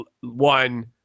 one